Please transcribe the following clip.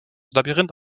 labyrinth